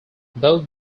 but